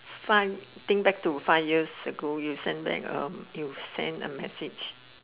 five think back to five years ago you send back you send a message